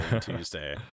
Tuesday